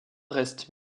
reste